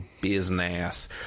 business